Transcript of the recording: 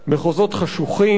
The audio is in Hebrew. מחוזות חשוכים,